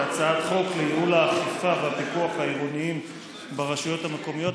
הצעת חוק לייעול האכיפה והפיקוח העירוניים ברשויות המקומיות,